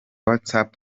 whatsapp